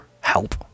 help